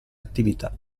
attività